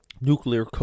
nuclear